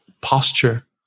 posture